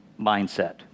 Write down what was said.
mindset